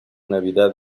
navidad